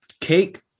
Cake